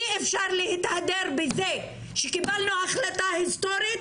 אי אפשר להתהדר בזה שקיבלנו החלטה היסטורית